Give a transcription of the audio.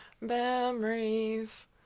Memories